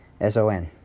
S-O-N